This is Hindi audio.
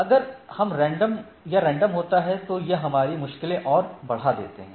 अगर यह रेंडम होता है तो यह हमारी मुश्किलें और बढ़ा देता है